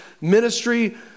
Ministry